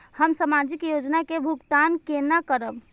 हम सामाजिक योजना के भुगतान केना करब?